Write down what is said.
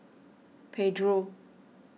Pedro